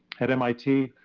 at mit,